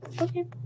Okay